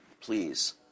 please